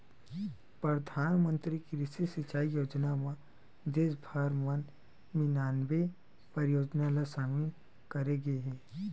परधानमंतरी कृषि सिंचई योजना म देस भर म निनानबे परियोजना ल सामिल करे गे हे